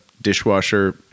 dishwasher